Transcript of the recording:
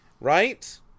Right